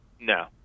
No